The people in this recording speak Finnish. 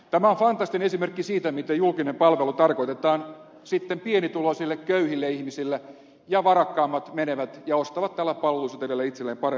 tämä on fantastinen esimerkki siitä miten julkinen palvelu tarkoitetaan pienituloisille köyhille ihmisille ja varakkaammat menevät ja ostavat tällä palvelusetelillä itselleen paremman palvelun